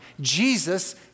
Jesus